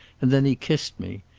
and then he kissed me.